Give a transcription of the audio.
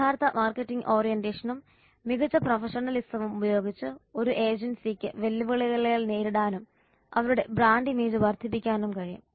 യഥാർത്ഥ മാർക്കറ്റിംഗ് ഓറിയന്റേഷനും മികച്ച പ്രൊഫഷണലിസവും ഉപയോഗിച്ച് ഒരു ഏജൻസിക്ക് വെല്ലുവിളികളെ നേരിടാനും അവരുടെ ബ്രാൻഡ് ഇമേജ് വർദ്ധിപ്പിക്കാനും കഴിയും